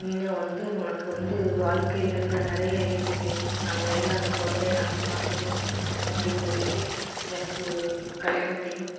இன்றும் வந்து உனக்கு வந்து வாழ்க்கையில் இன்றும் நிறைய இருக்குது நாங்கள் எல்லாம் அந்த குழந்தைய நாங்கள் பார்த்துக்குறோம் அப்படின்னு சொல்லிட்டு எனக்கு ஒரு கல்யாணத்தையும்